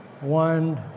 One